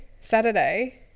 Saturday